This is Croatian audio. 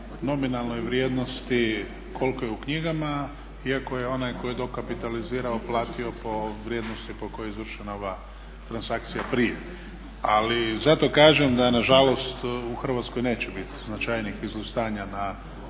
nominalnoj vrijednosti koliko je u knjigama iako je onaj koji je dokapitalizirao platio po vrijednosti po kojoj je izvršena ova transakcija prije. Ali zato kažem da je nažalost u Hrvatskoj neće biti značajnih izlistanja na